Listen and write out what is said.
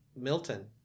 Milton